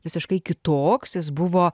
visiškai kitoks jis buvo